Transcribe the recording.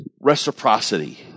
reciprocity